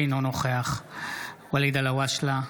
אינו נוכח ואליד אלהואשלה,